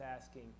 asking